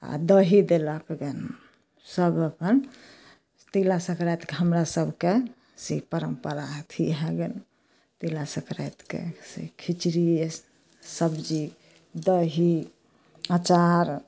आ दही देलक जानु सब अपन तिलासङ्करातिके हमरा सबके से परम्परा अथी हए जानु तिलासङ्करातिके खिचड़ीए सब्जी दही अँचार